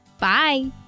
Bye